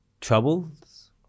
troubles